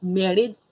married